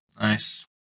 nice